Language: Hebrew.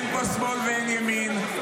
אין פה שמאל ואין ימין.